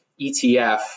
ETF